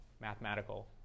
mathematical